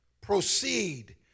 Proceed